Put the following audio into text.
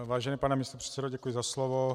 Vážený pane místopředsedo, děkuji za slovo.